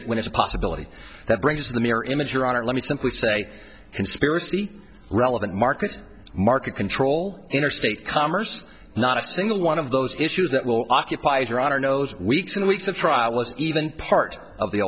it when it's a possibility that brings in the mirror image your honor let me simply say conspiracy relevant market market control interstate commerce not a single one of those issues that will occupy your honor knows weeks and weeks of trial was even part of the